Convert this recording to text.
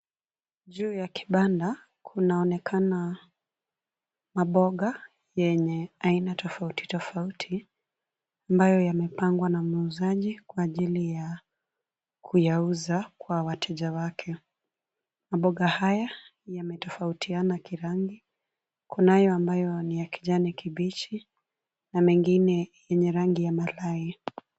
Juu ya kibanda, kuonaonekana maboga yenye aina tofauti tofauti ambayo yamepangwa na muuzaji kwa ajili ya kuyauza kwa wateja wake. Maboga haya yametofautiana kirangi, kunayo ambayo ni ya kijani kibichi na mengine yenye rangi ya malai.